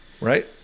right